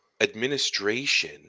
administration